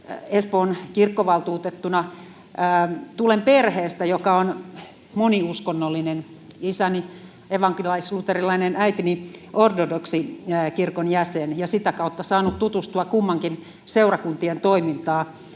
Espoon kirkkovaltuutettuna, että tulen perheestä, joka on moniuskonnollinen. Isäni on evankelis-luterilainen ja äitini ortodoksisen kirkon jäsen, ja sitä kautta olen saanut tutustua kummankin seurakunnan toimintaan.